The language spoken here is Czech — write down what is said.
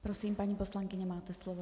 Prosím, paní poslankyně, máte slovo.